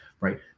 right